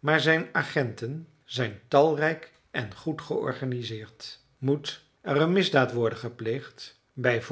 maar zijn agenten zijn talrijk en goed georganiseerd moet er een misdaad worden gepleegd b v